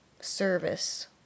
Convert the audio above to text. service